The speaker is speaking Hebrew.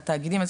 והתאגידים,